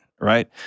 right